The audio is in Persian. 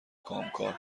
کامکار